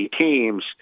teams